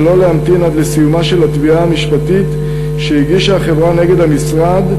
ולא להמתין עד לסיומה של התביעה המשפטית שהגישה החברה נגד המשרד.